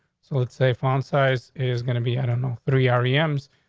so let's say found size is gonna be i don't know, three ari ems,